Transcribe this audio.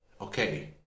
okay